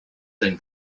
then